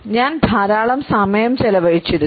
ഞാൻ ധാരാളം സമയം ചെലവഴിച്ചരുന്നു